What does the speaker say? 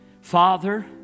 Father